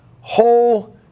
whole